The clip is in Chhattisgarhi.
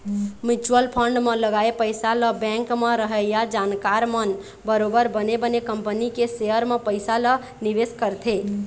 म्युचुअल फंड म लगाए पइसा ल बेंक म रहइया जानकार मन बरोबर बने बने कंपनी के सेयर म पइसा ल निवेश करथे